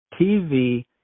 tv